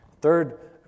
Third